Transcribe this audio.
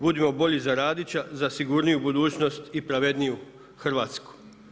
Budimo bolji za Radića, za sigurniju budućnost i pravedniju Hrvatsku.